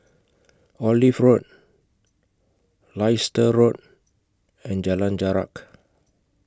Olive Road Leicester Road and Jalan Jarak